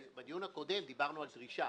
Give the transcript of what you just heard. בדיון הקודם דיברנו על דרישה